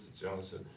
Johnson